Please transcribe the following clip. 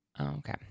Okay